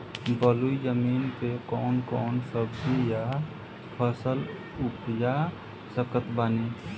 बलुई जमीन मे कौन कौन सब्जी या फल उपजा सकत बानी?